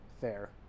fair